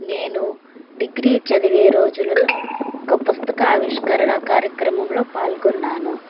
నేను డిగ్రీ చదివే రోజులలో ఒక పుస్తక ఆవిష్కరణ కార్యక్రమంలో పాల్గొన్నాను